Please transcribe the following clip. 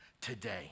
today